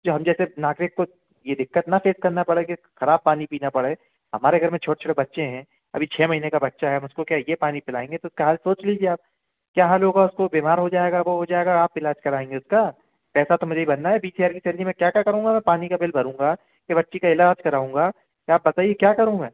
जो हम जैसे नागरिक को ये दिक्कत ना फेस करना पड़े कि खराब पानी पीना पड़े हमारे घर में छोटे छोटे बच्चे हैं अभी छह महीने का बच्चा है हम उसको क्या ये पानी पिलाएंगे तो उसका हाल सोच लीजिए आप क्या हाल होगा उसको बीमार हो जाएगा वो वो जाएगा आप इलाज करवाएंगे उसका पैसा तो मुझे ही भरना है बीस हजार की सैलेरी में क्या क्या करूंगा मैं पानी का बिल भरूँगा या बच्ची का इलाज कराऊँगा आप बताइए क्या करूँ मैं